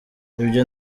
ibyo